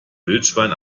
wildschwein